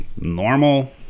normal